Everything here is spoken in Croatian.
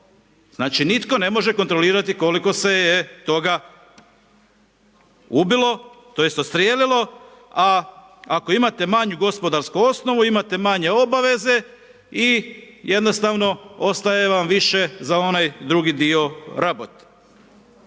Znači nitko ne može kontrolirati koliko se je toga ubilo tj. odstrijelilo, a ako imate manju gospodarsku osnovu, imate manje obaveze i jednostavno ostaje vam više za onaj drugi dio, rabot.